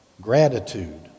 gratitude